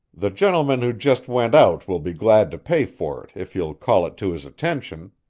the gentleman who just went out will be glad to pay for it, if you'll call it to his attention,